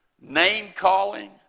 name-calling